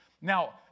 Now